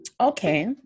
Okay